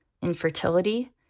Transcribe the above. infertility